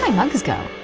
um mugs go?